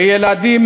וילדים,